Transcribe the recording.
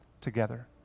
together